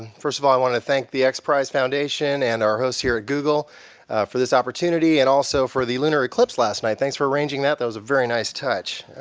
first of all, i want to thank the x prize foundation and our hosts here at google for this opportunity, and also for the lunar eclipse last night. thanks for arranging that, that was a very nice touch.